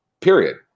Period